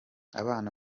abana